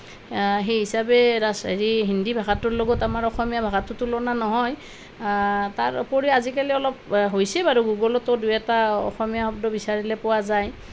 সেই হিচাপে ৰাষ্ হেৰি হিন্দী ভাষাটোৰ লগত আমাৰ অসমীয়া ভাষাটোৰ তুলনা নহয় তাৰ উপৰি আজিকালি অলপ হৈছে বাৰু গুগলতো দুই এটা অসমীয়া শব্দ বিচাৰিলে পোৱা যায়